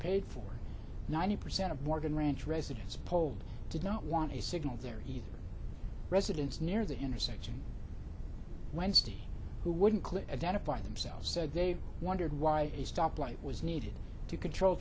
paid for ninety percent of morgan ranch residents polled did not want a signal there either residents near the intersection wednesday who wouldn't click identify themselves said they wondered why a stoplight was needed to control